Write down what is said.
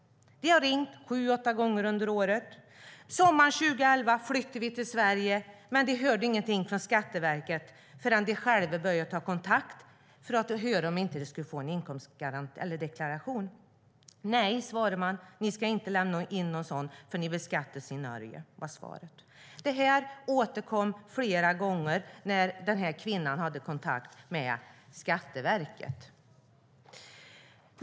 Vi har ringt sju åtta gånger under året. Sommaren 2011 flyttade vi till Sverige, men vi hörde ingenting från Skatteverket förrän vi själva började ta kontakt för att höra om vi inte skulle få en inkomstdeklaration. Nej, ni ska inte lämna någon sådan, för ni beskattas i Norge, var svaret. Detta besked återkom flera gånger när kvinnan hade kontakt med Skatteverket.